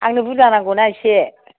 आंनो बुरजा नांगौना इसे